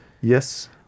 Yes